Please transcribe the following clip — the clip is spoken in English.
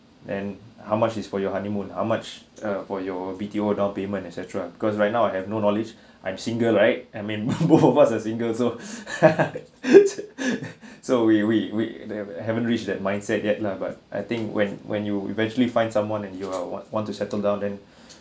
and how much is for your honeymoon how much uh for your B_T_O down payment etcetera because right now I have no knowledge I'm single right I mean both both of us are single so so we we wait the haven't reached that mindset yet lah but I think when when you eventually find someone and you are want want to settle down then